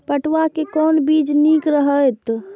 पटुआ के कोन बीज निक रहैत?